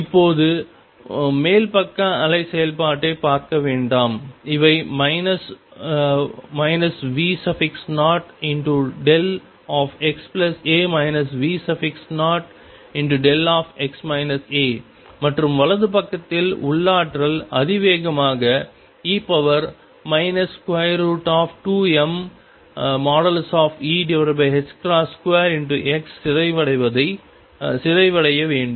இப்போது மேல் பக்க அலை செயல்பாட்டைப் பார்க்க வேண்டாம் இவை மைனஸ் V0δxa V0δ மற்றும் வலது பக்கத்தில் உள்ளாற்றல் அதிவேகமாக e 2mE2x சிதைவடைய வேண்டும்